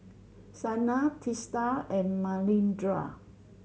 Saina Teesta and Manindra